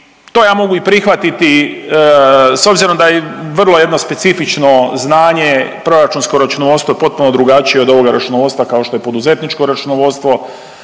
to ja mogu i prihvatiti s obzirom da vrlo jedno specifično znanje, proračunsko računovodstvo je potpuno drugačije od ovoga računovodstva kao što je poduzetničko računovodstvo.